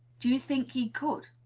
do you think he could,